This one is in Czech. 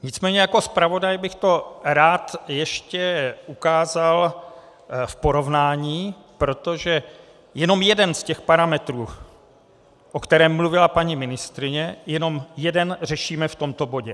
Nicméně jako zpravodaj bych to rád ještě ukázal v porovnání, protože jenom jeden z těch parametrů, o kterém mluvila paní ministryně, jenom jeden řešíme v tomto bodě.